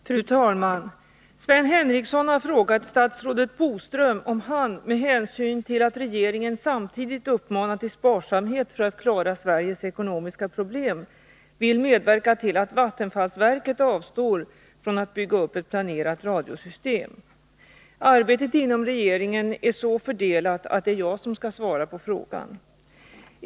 Fru talman! Sven Henricsson har frågat statsrådet Boström om han — med hänsyn till att regeringen samtidigt uppmanar till sparsamhet för att klara Sveriges ekonomiska problem — vill medverka till att vattenfallsverket avstår från att bygga upp ett planerat radiosystem. Arbetet inom regeringen är så fördelat att det är jag som skall svara på frågan.